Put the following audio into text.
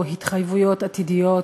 או התחייבויות עתידיות,